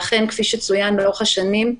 אכן, כפי שצוין לאורך השנים,